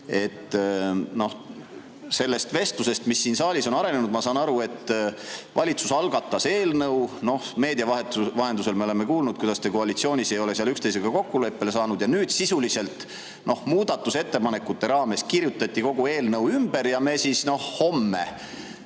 kohta. Sellest vestlusest, mis siin saalis on arenenud, ma saan aru, et valitsus algatas eelnõu, aga meedia vahendusel me oleme kuulnud, et te koalitsioonis ei ole üksteisega kokkuleppele saanud ja nüüd sisuliselt muudatusettepanekute raames kirjutati kogu eelnõu ümber. Homme